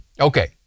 Okay